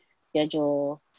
schedule